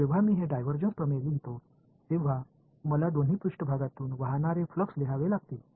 எனவே இந்த டைவர்ஜன்ஸ் தேற்றத்தை நான் எழுதும்போது இரு மேற்பரப்புகளின் வழியாக ப்ளக்ஸ் எழுத வேண்டும்